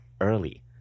early